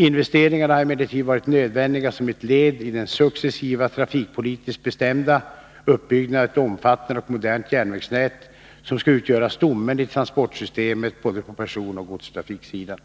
Investeringarna har emellertid varit nödvändiga som ett led i den successiva, trafikpolitiskt bestämda, uppbyggnaden av ett omfattande och modernt järnvägsnät som skall utgöra stommen i transportsystemet på både personoch godstrafiksidan.